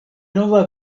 nova